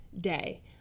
day